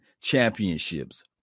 championships